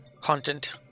Content